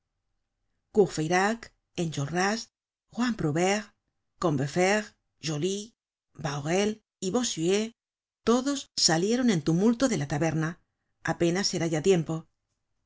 enjolras juan prouvaire combeferre joly bahorel y bossuet todos salieron en tumulto de la taberna apenas era ya tiempo